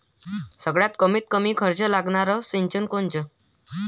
सगळ्यात कमीत कमी खर्च लागनारं सिंचन कोनचं?